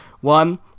one